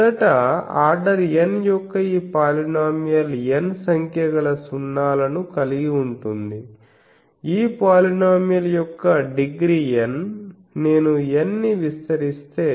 మొదట order n యొక్క ఈ పోలీనోమియల్ n సంఖ్య గల సున్నాల ను కలిగి ఉంటుంది ఈ పోలీనోమియల్ యొక్క డిగ్రీ N నేను N ని విస్తరిస్తే